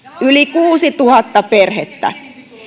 yli kuusituhatta perhettä